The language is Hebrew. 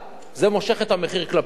זה מושך את המחיר כלפי מטה.